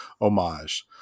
homage